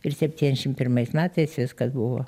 ir septyniasdešim pirmais metais viskas buvo